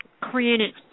created